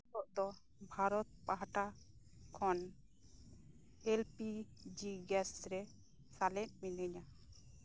ᱮᱠᱷᱚᱱ ᱫᱚ ᱵᱷᱟᱨᱚᱛ ᱯᱟᱦᱴᱟ ᱠᱷᱚᱱ ᱮᱞ ᱯᱤ ᱡᱤ ᱜᱮᱥ ᱨᱮ ᱥᱮᱞᱮᱫ ᱢᱤᱱᱟᱹᱧᱟ